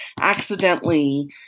accidentally